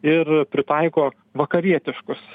ir pritaiko vakarietiškus